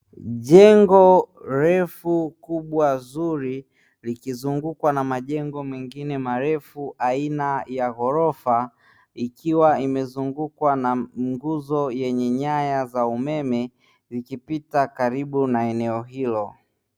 Jengo refu kubwa zuri, likizungukwa na majengo mengine marefu aina ya ghorofa, ikiwa imezungukwa na nguzo yenye nyaya za umeme, ikipita karibu na eneo hilo.